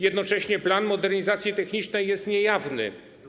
Jednocześnie plan modernizacji technicznej jest niejawny.